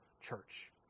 church